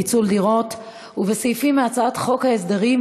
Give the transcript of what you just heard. פיצול דירות) ובסעיפים מהצעת חוק ההסדרים,